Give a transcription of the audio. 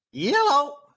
Yellow